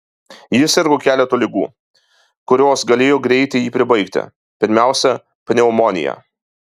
jis sirgo keletu ligų kurios galėjo greitai jį pribaigti pirmiausia pneumonija